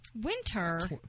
Winter